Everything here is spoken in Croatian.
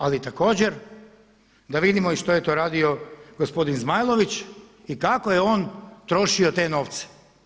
Ali također da vidimo i što je to radio gospodin Zmajlović i kako je on trošio te novce.